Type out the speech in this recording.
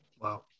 Wow